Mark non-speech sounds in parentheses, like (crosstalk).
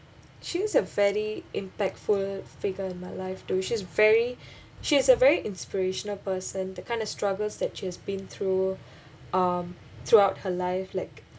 she is a very impactful figures in my life she's very (breath) she is a very inspirational person the kind of struggles that she has been through um throughout her life like